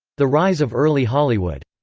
the rise of early hollywood.